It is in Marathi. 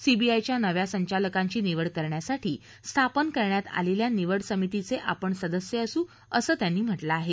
सीबीआयच्या नव्या संचालकांची निवड करण्यासाठी स्थापन करण्यात आलेल्या निवड समितीचे आपण सदस्य असू असं त्यांनी म्हटलं आहे